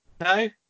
No